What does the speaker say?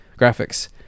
graphics